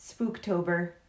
Spooktober